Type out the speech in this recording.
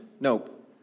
nope